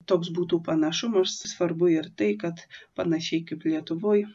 toks būtų panašumus svarbu ir tai kad panašiai kaip lietuvoj